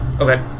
Okay